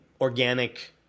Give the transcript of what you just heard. organic